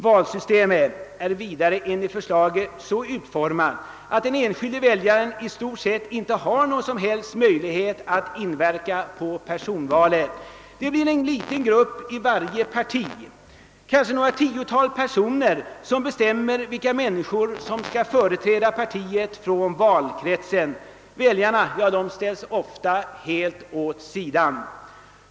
Valsystemet är vidare enligt förslaget så utformat att den enskilde väljaren i stort sett inte har någon som helst möjlighet att inverka på personvalet. En liten grupp i varje parti, kanske något tiotal personer, bestämmer vilka människor från respektive valkrets som skall företräda partiet. Väljarna ställs ofta helt åt sidan.